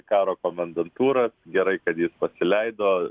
karo komendantūras gerai kad jis pasileido